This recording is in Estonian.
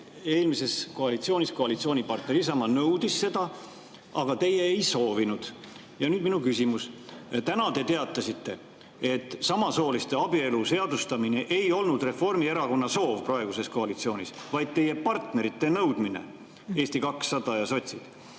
eelmises koalitsioonis nõudis koalitsioonipartner Isamaa seda, aga teie seda ei soovinud. Ja nüüd minu küsimus. Täna te teatasite, et samasooliste abielu seadustamine ei olnud Reformierakonna soov praeguses koalitsioonis, vaid teie partnerite Eesti 200 ja sotside